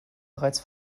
bereits